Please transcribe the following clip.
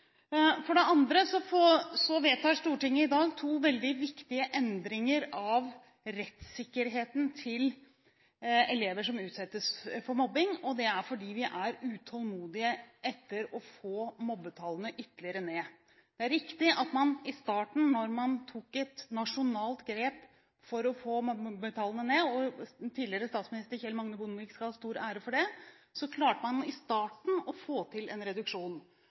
For det andre vedtar Stortinget i dag to veldig viktige endringer i rettssikkerheten til elever som utsettes for mobbing. Det er fordi vi er utålmodige etter å få mobbetallene ytterligere ned. Det er riktig at da man tok et nasjonalt grep for å få mobbetallene ned – og tidligere statsminister Kjell Magne Bondevik skal ha stor ære for det – klarte man i starten å få til en reduksjon.